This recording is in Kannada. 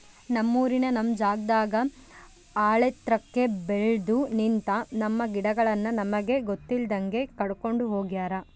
ನಮ್ಮೂರಿನ ನಮ್ ಜಾಗದಾಗ ಆಳೆತ್ರಕ್ಕೆ ಬೆಲ್ದು ನಿಂತ, ನಮ್ಮ ಗಿಡಗಳನ್ನು ನಮಗೆ ಗೊತ್ತಿಲ್ದಂಗೆ ಕಡ್ಕೊಂಡ್ ಹೋಗ್ಯಾರ